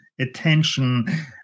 attention